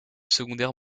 secondaire